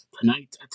tonight